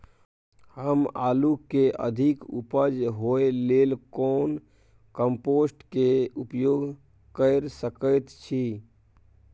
हम आलू के अधिक उपज होय लेल कोन कम्पोस्ट के उपयोग कैर सकेत छी?